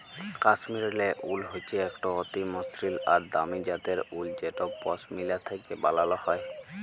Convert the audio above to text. কাশ্মীরলে উল হচ্যে একট অতি মসৃল আর দামি জ্যাতের উল যেট পশমিলা থ্যাকে ব্যালাল হয়